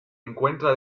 encuentra